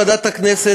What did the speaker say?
יושב-ראש ועדת הכנסת,